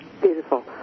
Beautiful